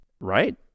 Right